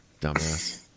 dumbass